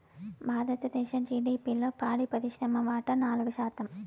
భారతదేశ జిడిపిలో పాడి పరిశ్రమ వాటా నాలుగు శాతం